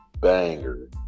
banger